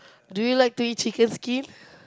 do you like to eat chicken skin